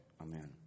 Amen